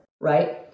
Right